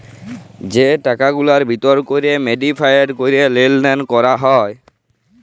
যে টাকাগুলার ভিতর ক্যরে মডিফায়েড ক্যরে লেলদেল ক্যরা হ্যয়